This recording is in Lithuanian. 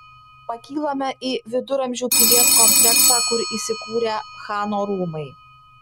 pakylame į viduramžių pilies kompleksą kur įsikūrę chano rūmai